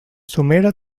somera